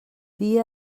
dia